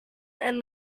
and